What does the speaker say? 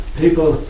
people